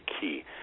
key